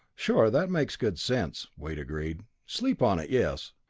sure that makes good sense, wade agreed. sleep on it, yes.